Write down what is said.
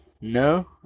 No